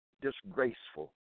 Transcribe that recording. disgraceful